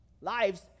lives